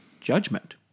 judgment